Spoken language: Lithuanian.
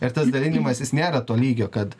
ir tas dalinimasis nėra to lygio kad